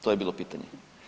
To je bilo pitanje.